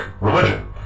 religion